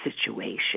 situation